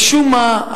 משום מה,